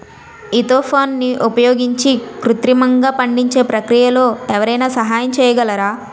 ఈథెఫోన్ని ఉపయోగించి కృత్రిమంగా పండించే ప్రక్రియలో ఎవరైనా సహాయం చేయగలరా?